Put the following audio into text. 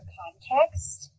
context